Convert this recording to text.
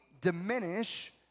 diminish